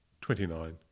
twenty-nine